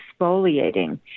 exfoliating